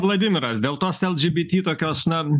vladimiras dėl tos lgbt tokios na